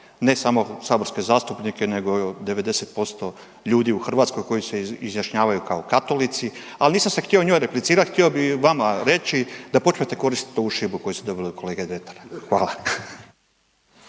ne samo saborske zastupnike nego 90% ljudi u Hrvatskoj koji se izjašnjavaju kao katolici, ali nisam se htio njoj replicirati htio bih vama reći da počnete koristiti ovu šibu koju ste dobili od kolege Dretara. Hvala.